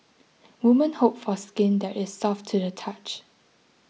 women hope for skin that is soft to the touch